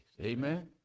Amen